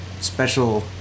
special